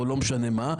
או לא משנה מה.